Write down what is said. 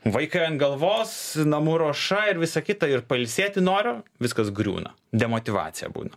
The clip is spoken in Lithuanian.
vaikai ant galvos namų ruoša ir visa kita ir pailsėti noriu viskas griūna demotyvacija būna